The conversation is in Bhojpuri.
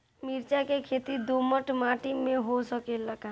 मिर्चा के खेती दोमट माटी में हो सकेला का?